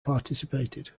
participated